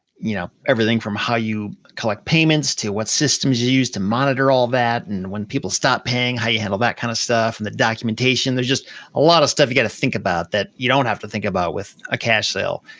you know everything from how you collect payments to what systems you use to monitor all that, and when people stop paying, how you handle that kind of stuff, and the documentation, there's just a lot of stuff you got to think about that you don't have to think about with a cash sale.